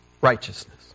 righteousness